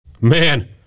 man